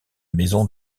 maisons